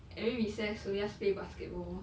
every recess we'll just play basketball